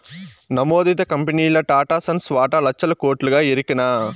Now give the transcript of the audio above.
నమోదిత కంపెనీల్ల టాటాసన్స్ వాటా లచ్చల కోట్లుగా ఎరికనా